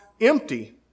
empty